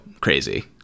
crazy